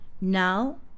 Now